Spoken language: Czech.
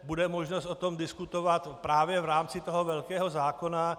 Bude možnost o tom diskutovat právě v rámci toho velkého zákona.